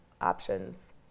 options